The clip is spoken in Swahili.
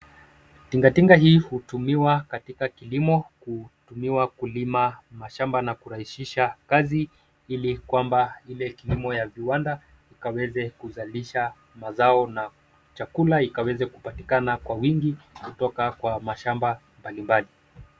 Tingatinga hii hutumiwa katika kilimo hutumiwa kulima mashamba na kurahisha kazi ili kwamba ile kilimo ya viwanda ikaweze kuzalisha mazao na chakula ikaweze kupatikana kwa wingi kutoka kwa mashamba mbalimbali.